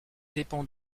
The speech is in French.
dépend